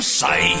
say